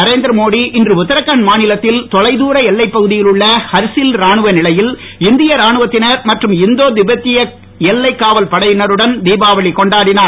நரேந்திர மோடி இன்று உத்திராகண்ட் மாநிலத்தில் தொலை தூர எல்லைப் பகுதியில் உள்ள ஹர்சில் ராணுவ நிலையில் இந்திய ராணுவத்தினர் மற்றும் இந்தோ தேபத்திய எல்லை காவல் படையினருடன் தீபாவளி கொண்டாடினார்